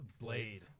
Blade